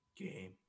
game